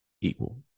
equal